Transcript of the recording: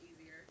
easier